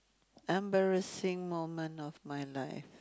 embarrassing moment of my life